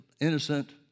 innocent